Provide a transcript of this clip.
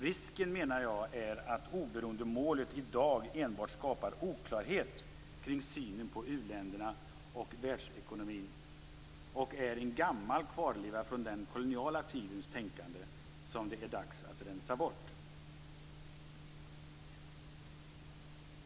Jag menar att risken är att oberoendemålet i dag enbart skapar oklarhet kring synen på u-länderna och världsekonomin och att det är en gammal kvarleva från den koloniala tidens tänkande, som det är dags att rensa bort.